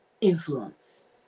influence